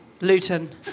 Luton